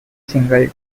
single